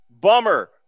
bummer